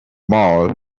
mall